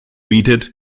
bietet